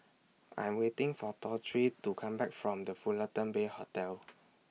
I Am waiting For Torie to Come Back from The Fullerton Bay Hotel